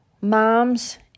moms